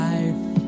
Life